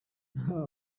nta